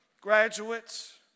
graduates